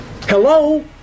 Hello